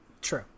true